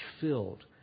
filled